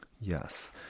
Yes